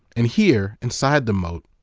and here inside the moat,